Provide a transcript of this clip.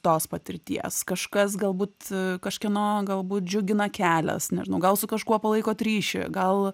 tos patirties kažkas galbūt kažkieno galbūt džiugina kelias nežinau gal su kažkuo palaikot ryšį gal